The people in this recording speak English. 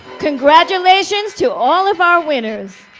congratulations to all of our winners